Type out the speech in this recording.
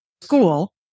school